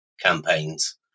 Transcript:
campaigns